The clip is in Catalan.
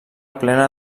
plena